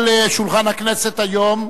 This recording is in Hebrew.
ועל שולחן הכנסת היום,